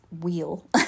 wheel